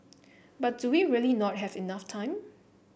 but do we really not have enough time